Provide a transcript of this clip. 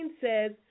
says